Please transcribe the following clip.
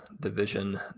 division